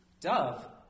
Dove